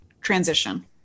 transition